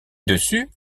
dessus